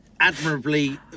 admirably